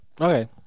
Okay